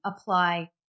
apply